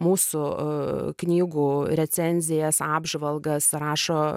mūsų knygų recenzijas apžvalgas rašo